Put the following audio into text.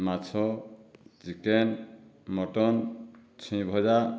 ମାଛ chicken mutton ଛୁଇଁ ଭଜା